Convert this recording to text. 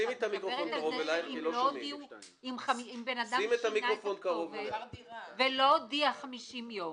את מדברת על בן אדם ששינה את הכתובת ולא הודיע 50 יום,